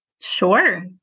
Sure